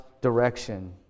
direction